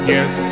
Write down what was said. Yes